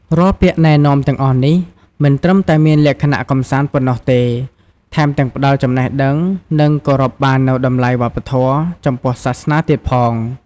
រាល់ពាក្យណែនាំទាំងអស់នេះ មិនត្រឹមតែមានលក្ខណៈកម្សាន្តប៉ុណ្ណោះទេ ថែមទាំងផ្តល់ចំណេះដឹង និងគោរពបាននូវតម្លៃវប្បធម៌ ចំពោះសាសនាទៀតផង។